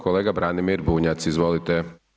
Kolega Branimir Bunjac, izvolite.